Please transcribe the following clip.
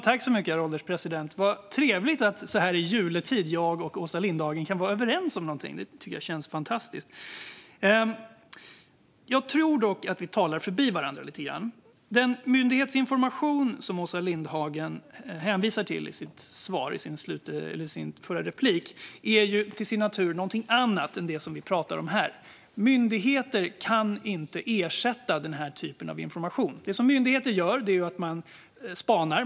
Herr ålderspresident! Vad trevligt att jag och Åsa Lindhagen så här i juletid kan vara överens om någonting! Det tycker jag känns fantastiskt. Jag tror dock att vi talar förbi varandra lite grann. Den myndighetsinformation som Åsa Lindhagen hänvisar till är till sin natur någonting annat än det som vi pratar om här. Myndigheter kan inte ersätta den här typen av information. Det som myndigheter gör är att de spanar.